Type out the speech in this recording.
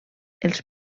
els